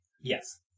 Yes